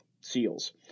seals